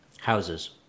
Houses